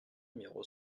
numéro